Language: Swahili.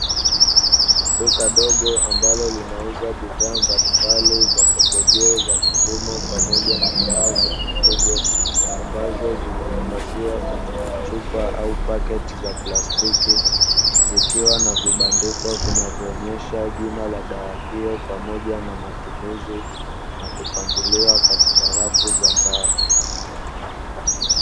Duka dogo, ambalo linauza bidhaa mbalimbali za pembejeo za kilimo pamoja na dawa za mifugo. Ambazo zimehifadhiwa katika chupa au paketi za plastiki, zikiwa na vibandiko zinazoonesha jina la dawa hiyo pamoja na matumizi, na kupangiliwa katika rafu za mbao.